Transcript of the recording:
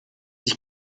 sich